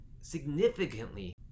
significantly